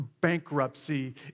bankruptcy